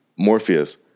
Morpheus